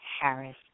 Harris